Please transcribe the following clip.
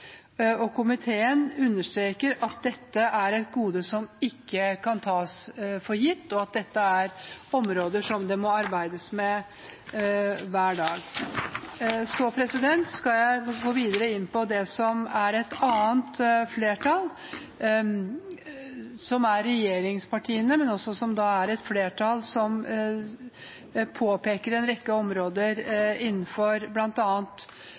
beskytte. Komiteen understreker at dette er et gode som ikke kan tas for gitt, og at dette er områder som det må arbeides med hver dag. Nå vil jeg gå videre til noe som et annet flertall i komiteen, bestående av regjeringspartiene, påpeker om en rekke områder.